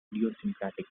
idiosyncratic